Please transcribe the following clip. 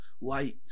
light